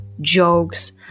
jokes